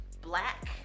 Black